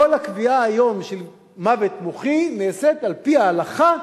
כל הקביעה היום של מוות מוחי נעשית על-פי ההלכה,